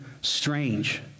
strange